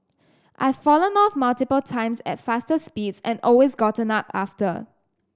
I've fallen off multiple times at faster speeds and always gotten up after